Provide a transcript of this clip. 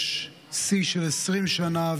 יש שיא של 20 שנה,